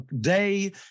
day